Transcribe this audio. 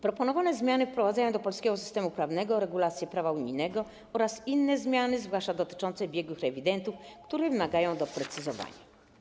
Proponowane zmiany wprowadzają do polskiego systemu prawnego regulacje prawa unijnego oraz inne zmiany, zwłaszcza dotyczące biegłych rewidentów, które wymagają doprecyzowania.